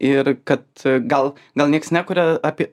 ir kad gal gal nieks nekuria apie